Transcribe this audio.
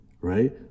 right